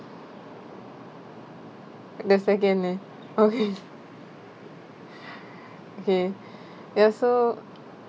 the second eh okay okay ya so